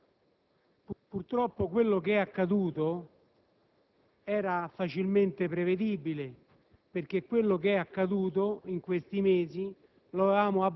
Il problema dello sciopero bianco si è trasformato in un dibattito sulla vicenda Malpensa.